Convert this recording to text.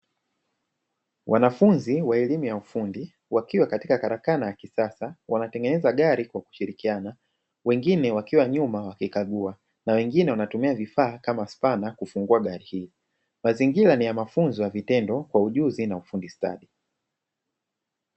Wanafunzi wa elimu ya ufundi, wakiwa katika karakana ya kisasa, wanatengeneza gari kwa kushirikiana, wengine wakiwa nyuma wakikagua na wengine wanatumia vifaa kama spana kufungua gari hii. Mazingira ni ya mafunzo ya vitendo kwa ujuzi na ufundi stadi.